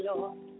Lord